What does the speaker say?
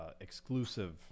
exclusive